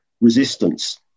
resistance